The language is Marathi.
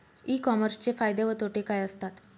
ई कॉमर्सचे फायदे व तोटे काय असतात?